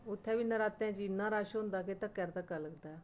उत्थै बी नरातें च इ'न्ना रश होंदा कि धक्कै र धक्का लगदा ऐ